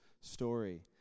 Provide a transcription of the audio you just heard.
story